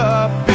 up